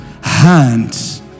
hands